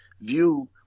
view